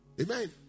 Amen